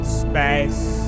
space